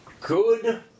good